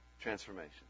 transformation